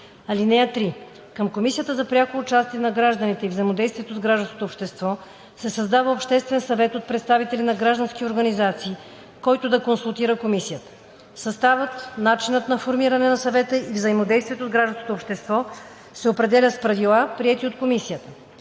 комисия. (3) Към Комисията за прякото участие на гражданите и взаимодействието с гражданското общество се създава Обществен съвет от представители на граждански организации, който да консултира комисията. Съставът, начинът на формиране на съвета и взаимодействието с гражданското общество се определят с правила, приети от комисията.